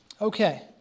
Okay